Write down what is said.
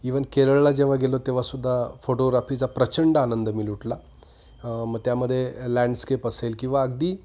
even केरळला जेव्हा गेलो तेव्हा सुद्धा फोटोग्राफीचा प्रचंड आनंद मी लुटला मग त्यामध्ये लँडस्केप असेल किंवा अगदी